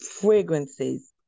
fragrances